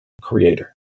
creator